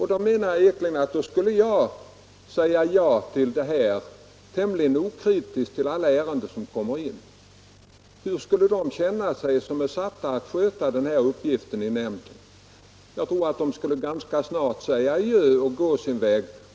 Herr Ekinge menar att jag i dessa fall tämligen okritiskt skulle bevilja alla ansökningar. Hur skulle då de personer känna sig som i nämnden är satta att sköta den här uppgiften?